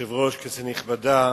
אדוני היושב-ראש, כנסת נכבדה,